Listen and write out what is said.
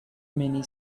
many